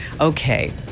Okay